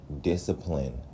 discipline